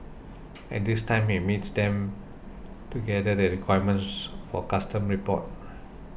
at this time he meets them to gather the requirements for custom report